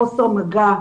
החוסר מגע,